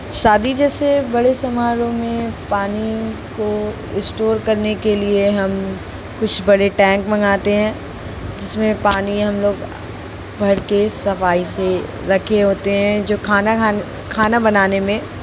शादी जैसे बड़े समारोह में पानी को स्टोर करने के लिए हम कुछ बड़े टैंक मँगाते हैं जिसमें पानी हम लोग भर के सफ़ाई से रखे होते हैं जो खाना हम खाना बनाने में